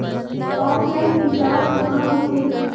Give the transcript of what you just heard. Offline recharge कहां होथे?